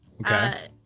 Okay